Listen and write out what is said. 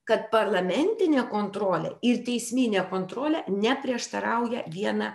kad parlamentinė kontrolė ir teisminė kontrolė neprieštarauja viena